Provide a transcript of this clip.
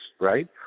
right